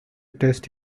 test